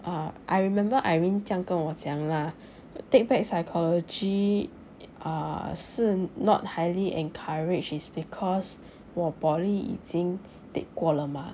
uh I remember irene 这样跟我讲 lah take back psychology uh 是 not highly encourage is because 我 poly 已经 take 过了 mah